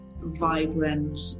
vibrant